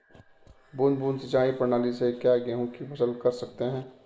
बूंद बूंद सिंचाई प्रणाली से क्या गेहूँ की फसल कर सकते हैं?